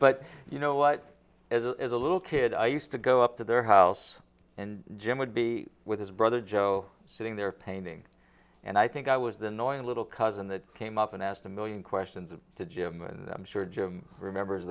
but you know what as a as a little kid i used to go up to their house and jim would be with his brother joe sitting there painting and i think i was the noisy little cousin that came up and asked a million questions of to jim and i'm sure jim remembers